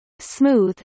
smooth